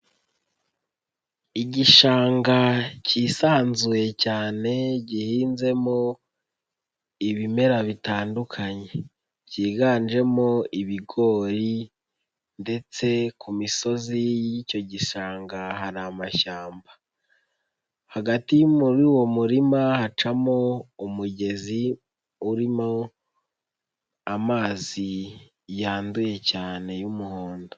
Igishanga cyisanzuye cyane gihinzemo ibimera bitandukanye byiganjemo ibigori ndetse ku misozi y'icyo gishanga hari amashyamba, hagati muri uwo murima hacamo umugezi urimo amazi yanduye cyane y'umuhondo.